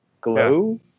Glow